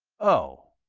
oh,